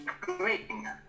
green